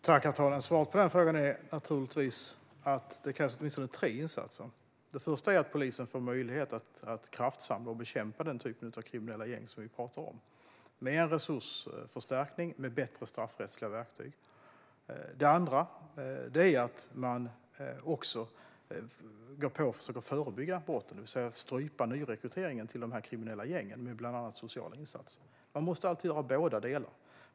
Herr talman! Svaret på den frågan är att det krävs åtminstone tre insatser. Det första är att polisen får möjlighet att kraftsamla och bekämpa den typ av kriminella gäng som vi pratar om med en resursförstärkning och bättre straffrättsliga verktyg. Det andra är att man med bland annat sociala insatser försöker förbygga brotten och strypa nyrekryteringen till de kriminella gängen. Man måste alltid ha båda delar.